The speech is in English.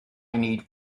need